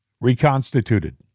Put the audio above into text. reconstituted